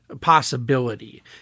possibility